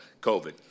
COVID